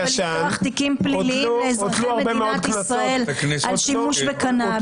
ולפתוח תיקים פליליים לאזרחי מדינת ישראל על שימוש בקנאביס,